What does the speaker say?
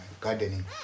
gardening